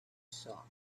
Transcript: saw